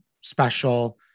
special